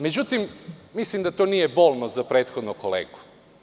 Međutim, mislim da to nije bolno za prethodnog kolegu.